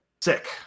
Sick